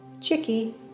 Chicky